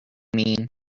mean